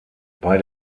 bei